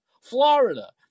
Florida